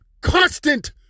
constant